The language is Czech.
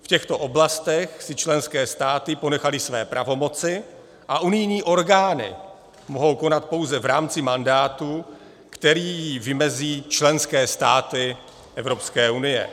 V těchto oblastech si členské státy ponechaly své pravomoci a unijní orgány mohou konat pouze v rámci mandátu, který jim vymezí členské státy Evropské unie.